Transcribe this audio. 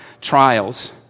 trials